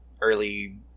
early